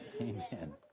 Amen